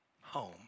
home